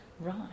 Right